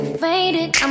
faded